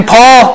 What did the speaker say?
Paul